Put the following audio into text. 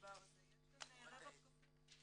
לדבר הזה ויש פה רווח כפול.